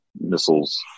missiles